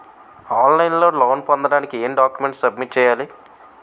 On line లో loan పొందటానికి ఎం డాక్యుమెంట్స్ సబ్మిట్ చేయాలి?